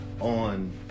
on